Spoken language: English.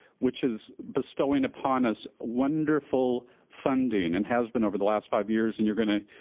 which is bestowing upon us wonderful funding and has been over the last five years and you're gonna